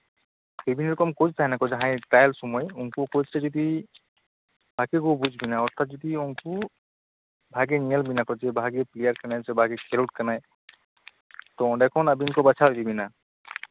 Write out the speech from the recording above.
ᱵᱤᱵᱷᱤᱱᱱᱚ ᱨᱚᱠᱚᱢ ᱠᱳᱪ ᱛᱟᱦᱮᱱᱟᱠᱚ ᱴᱨᱟᱭᱮᱞ ᱥᱚᱢᱚᱭ ᱩᱱᱠᱩ ᱠᱳᱪ ᱡᱚᱫᱤ ᱵᱷᱟᱹᱜᱤ ᱠᱚ ᱵᱩᱡ ᱵᱮᱱᱟ ᱚᱨᱛᱷᱟᱛ ᱩᱱᱠᱩ ᱡᱚᱫᱤ ᱵᱷᱟᱹᱜᱤ ᱧᱮᱞ ᱵᱮᱱᱟ ᱠᱚ ᱵᱷᱟᱹᱜᱤ ᱯᱞᱮᱭᱟᱨ ᱠᱟᱱᱟᱭ ᱥᱮ ᱵᱷᱟᱜᱮ ᱠᱷᱮᱞᱳᱰ ᱠᱟᱱᱟᱭ ᱛᱳ ᱚᱱᱰᱮ ᱠᱷᱚᱱ ᱟᱹᱵᱤᱱ ᱠᱚ ᱵᱟᱡᱷᱟᱣ ᱤᱫᱤ ᱵᱮᱱᱟ